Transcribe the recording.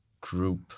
group